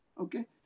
Okay